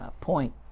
point